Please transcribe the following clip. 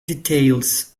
details